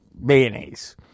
mayonnaise